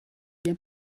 wie